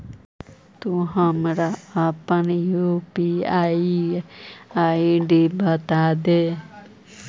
तु हमरा अपन यू.पी.आई आई.डी बतादे